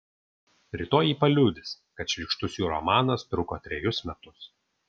rytoj ji paliudys kad šlykštus jų romanas truko trejus metus